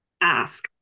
ask